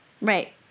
Right